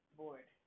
board